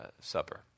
Supper